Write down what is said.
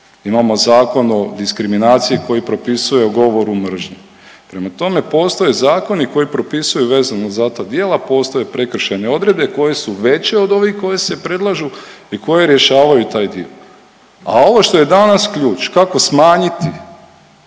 imamo Zakon o diskriminaciji koji propisuje o govoru mržnje, prema tome, postoje zakoni koji propisuju vezano za ta djela, postoje prekršajne odredbe koje su veće od ovih koje se predlažu i koje rješavaju taj dio, a ovo što je danas ključ, kako smanjiti